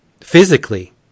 physically